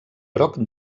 groc